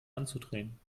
anzudrehen